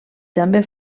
també